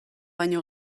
baino